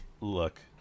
look